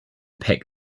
picked